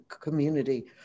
community